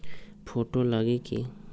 Photo लगी कि?